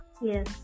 yes